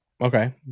Okay